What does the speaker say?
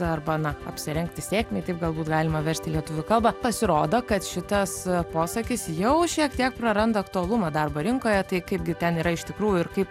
arba na apsirengti sėkmei taip galbūt galima versti į lietuvių kalbą pasirodo kad šitas posakis jau šiek tiek praranda aktualumą darbo rinkoje tai kaipgi ten yra iš tikrųjų ir kaip